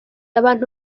abantu